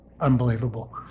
unbelievable